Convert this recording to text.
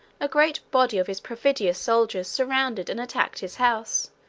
a great body of his perfidious soldiers surrounded and attacked his house,